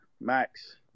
Max